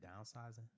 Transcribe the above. downsizing